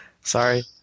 Sorry